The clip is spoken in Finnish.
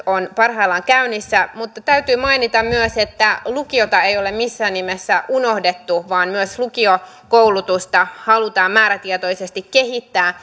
parhaillaan käynnissä mutta täytyy mainita myös että lukiota ei ole missään nimessä unohdettu vaan myös lukiokoulutusta halutaan määrätietoisesti kehittää